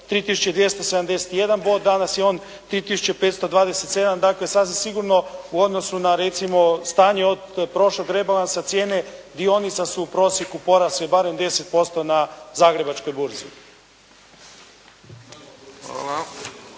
3271 bod. Danas je on 3527. Dakle, sasvim sigurno u odnosu na recimo stanje od prošlog rebalansa cijene dionica su u prosjeku porasle barem 10% na Zagrebačkoj burzi.